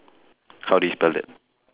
how do you spell that